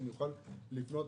שאוכל לפנות,